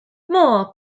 moore